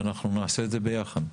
ואנחנו נעשה את זה ביחד.